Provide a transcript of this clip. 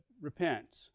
Repent